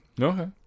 Okay